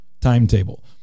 timetable